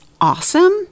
awesome